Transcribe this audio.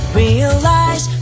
realize